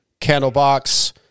Candlebox